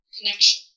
connection